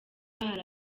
hari